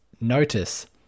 notice